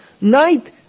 Night